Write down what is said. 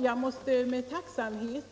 Fru talman! Jag noterar tacksamt